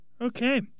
Okay